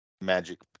magic